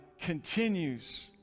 continues